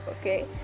okay